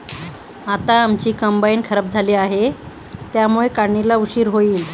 आता आमची कंबाइन खराब झाली आहे, त्यामुळे काढणीला उशीर होईल